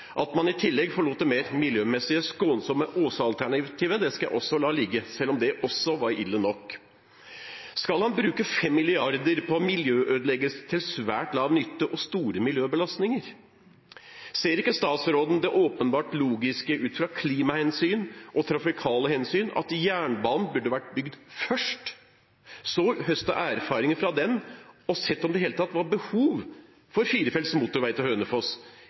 At man i tillegg forlot det mer miljømessig skånsomme Åsa-alternativet, skal jeg også la ligge, selv om det også var ille nok. Skal man bruke 5 mrd. kr til svært lav nytte og store miljøbelastninger? Ser ikke statsråden det åpenbart logiske ut fra klimahensyn og trafikale hensyn, at jernbanen burde vært bygd først, og så høste erfaringer fra den og sett om det i det hele tatt var behov for firefelts motorvei til Hønefoss,